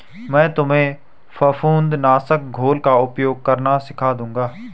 मैं तुम्हें फफूंद नाशक घोल का उपयोग करना सिखा दूंगा